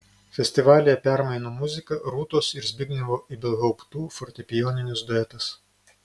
festivalyje permainų muzika rūtos ir zbignevo ibelhauptų fortepijoninis duetas